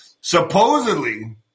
supposedly